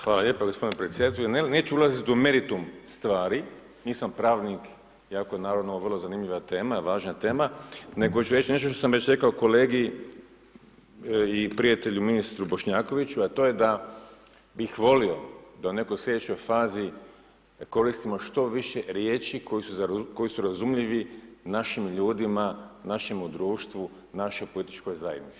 Hvala lijepo gospodine predsjedavajući, neću u meritum stvari, nisam pravnik iako naravno ovo vrlo zanimljiva tema, važna tema, nego ću reći nešto što sam već rekao kolegi i prijatelju ministru Bošnjakoviću a to je a bih volio da u nekoj slijedećoj fazi koristimo što više riječi koji su razumljivi našim ljudima, našem društvu, našoj političkoj zajednici.